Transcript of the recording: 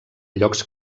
llocs